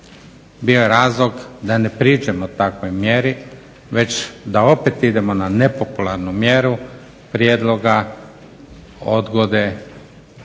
bio je razlog da ne priđemo takvoj mjeri već da opet idemo na nepopularnu mjeru prijedloga odgode